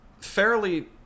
fairly